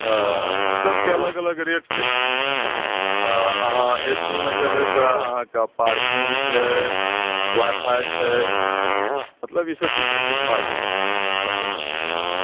तऽ सबके अलग अलग रेट छै आ अहाँ ए सी मे जेबै तऽ अहाँकेॅं पार्किंग छै वाइ फाइ छै मतलब ई सब चीजके सुविधा छै कस्टमर के लेल